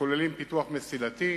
שכוללים פיתוח מסילתי,